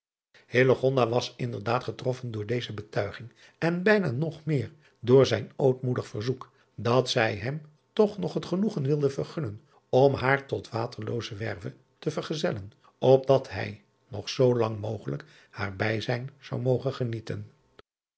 was inderdaad getroffen door deze betuiging en bijna nog meer door zijn ootmoedig verzoek dat zij hem toch nog het genoegen wilde vergunnen om haar tot aterloozewerve te vergezellen opdat hij nog zoo lang mogelijk haar bijzijn zou mogen genieten